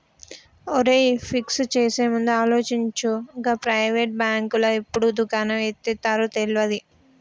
ఒరేయ్, ఫిక్స్ చేసేముందు ఆలోచించు, గా ప్రైవేటు బాంకులు ఎప్పుడు దుకాణం ఎత్తేత్తరో తెల్వది